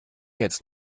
jetzt